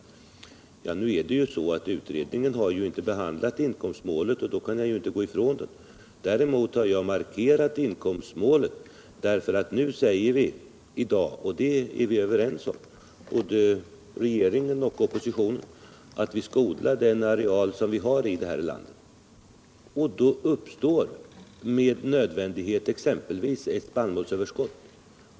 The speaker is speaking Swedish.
Men nu är det så att utredningen inte har behandlat inkomstmålet, och därför kan jag inte heller gå ifrån dess uppfattning på den punkten. Däremot har jag markerat inkomstmålet därför att vi i dag säger — och det är både regering och opposition överens om -— att vi skall bibehålla den odlade areal vi har i vårt land, och då uppstår med nödvändighet exempelvis ett spannmålsöverskott.